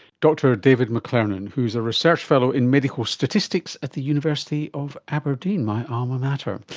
dr david mclernon who is a research fellow in medical statistics at the university of aberdeen, my alma mater.